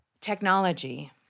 technology